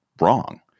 wrong